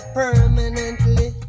permanently